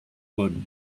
wood